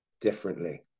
differently